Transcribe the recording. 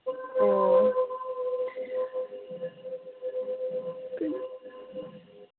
ꯑꯣ